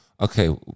Okay